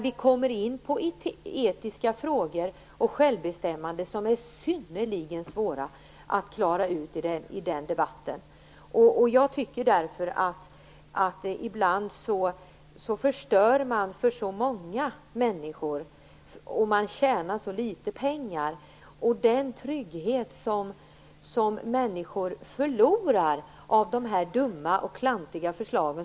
Vi kommer in på etiska frågor och frågor om självbestämmande som är synnerligen svåra att klara ut i den debatten. Ibland förstör man för många människor för att tjäna litet pengar. Människor förlorar i trygghet genom dessa dumma och klantiga förslag.